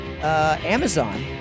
Amazon